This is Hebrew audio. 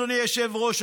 אדוני היושב-ראש,